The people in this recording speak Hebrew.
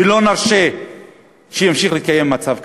ולא נרשה שימשיך להתקיים מצב כזה.